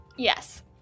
Yes